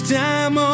time